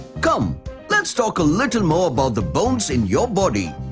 come let's talk a little more about the bones in your body.